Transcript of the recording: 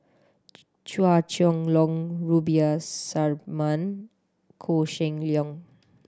Chua Chong Long Rubiah Suparman Koh Seng Leong